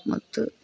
ಮತ್ತು